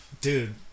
Dude